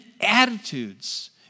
attitudes